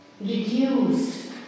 reduced